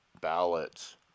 ballots